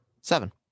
Seven